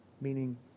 meaning